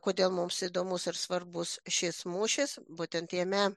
kodė mums įdomus ir svarbus šis mūšis būtent jame